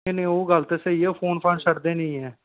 नेईं नेईं ओह् गल्ल ते स्हेई ऐ फोन फान ते छड्डदे नी ऐ